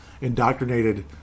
indoctrinated